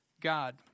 God